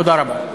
תודה רבה.